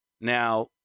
Now